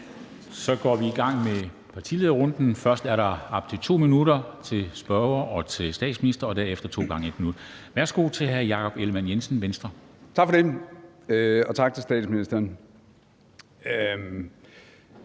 Så går vi i gang med partilederrunden. Først er der op til 2 minutter til spørger og til statsminister, og derefter to gange 1 minut. Værsgo til hr. Jakob Ellemann-Jensen, Venstre. Mødet er udsat.